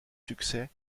succès